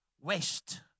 west